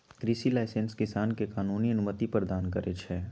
कृषि लाइसेंस किसान के कानूनी अनुमति प्रदान करै छै